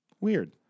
Weird